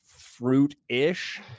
fruit-ish